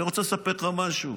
אני רוצה לספר לך משהו.